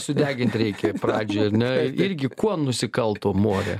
sudegint reikia pradžiai ar ne irgi kuo nusikalto morė